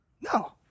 No